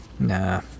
Nah